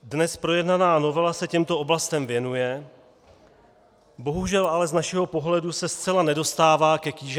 Dnes projednaná novela se těmto oblastem věnuje, bohužel ale z našeho pohledu se zcela nedostává ke kýženému cíli.